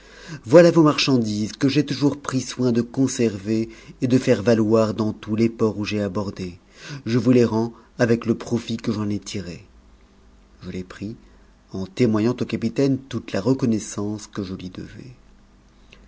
voilà vos marchandises que j'ai toujours pris soin de conserver et de faire valoir dans tous ics ports où j'ai abordé je vous les rends avec le profit que j'en ai tiré o ji tes pris en témoignant au capitaine toute la reconnaissance que je lui devais